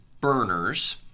burners